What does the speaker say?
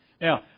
Now